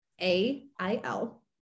A-I-L